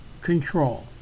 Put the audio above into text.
control